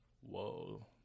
Whoa